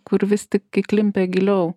kur vis tik įklimpę giliau